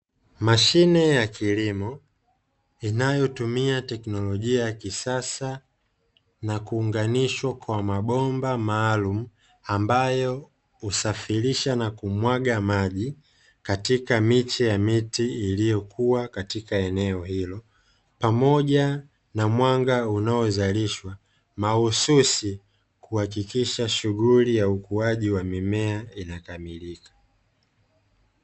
Mashine ya kilimo, inayotumia teknolojia ya kisasa na kuunganishwa kwa mabomba maalumu ambayo husafirisha na kumwaga maji katika miche ya miti iliyokua katika eneo hilo, pamoja na mwanga unaozalishwa mahususi kuhakikisha shughuli ya ukuaji wa mimea inakamilika.